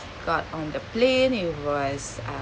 got on the plane it was